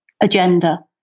agenda